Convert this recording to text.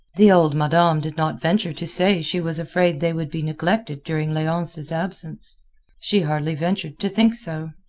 the old madame did not venture to say she was afraid they would be neglected during leonce's absence she hardly ventured to think so.